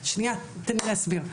שנייה, תן לי להסביר.